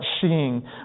seeing